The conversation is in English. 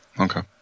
okay